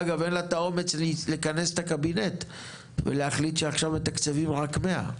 אגב אין לה את האומץ לכנס את הקבינט ולהחליט שעכשיו מתקצבים רק 100,